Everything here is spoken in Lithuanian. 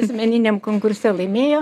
asmeniniam konkurse laimėjo